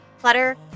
Clutter